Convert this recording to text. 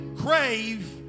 crave